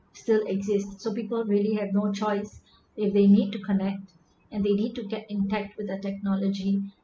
still exist so people really had no choice if they need to connect and they need to get intact with the technology